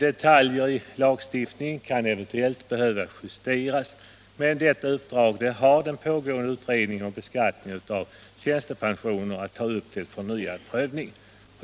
Detaljer i lagstiftningen kan eventuellt behöva justeras. Men detta har den pågående utredningen om beskattning av tjänstepensioner att ta upp till förnyad prövning.